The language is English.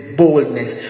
boldness